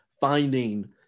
finding